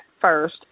first